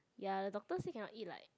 ya the doctor say cannot eat like